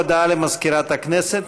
הודעה למזכירת הכנסת.